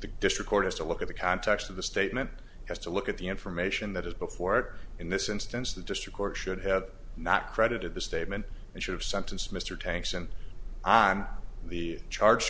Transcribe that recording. the district court has to look at the context of the statement has to look at the information that is before it in this instance the district court should have not credited the statement and should have sentence mr tanks and on the charge